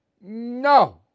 No